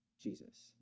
Jesus